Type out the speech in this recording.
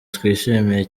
twishimiye